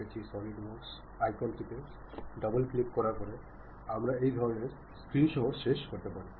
തുടർന്നുള്ള മൊഡ്യൂളുകളിൽ ആശയവിനിമയ കഴിവുകൾ എങ്ങനെ ഫലപ്രദമാകുമെന്ന് നമ്മൾ ചർച്ചചെയ്യാൻ പോകുന്നു